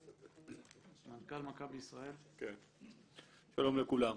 שלום לכולם.